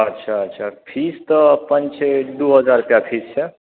अच्छा अच्छा फीस तऽ अपन छै दू हजार रूपैआ फीस छै